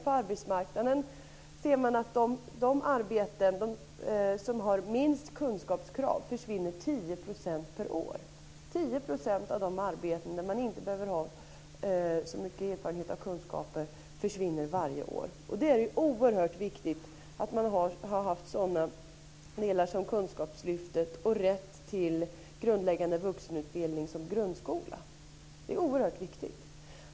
På arbetsmarknaden kan man se att de arbeten som har minst kunskapskrav försvinner i en takt av 10 % per år. 10 % av de arbeten där man inte behöver ha så mycket erfarenhet och kunskaper försvinner varje år. Det är oerhört viktigt att man har haft sådant som Kunskapslyftet och rätt till grundläggande vuxenutbildning som grundskola.